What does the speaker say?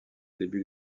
début